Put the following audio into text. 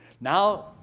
Now